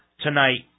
tonight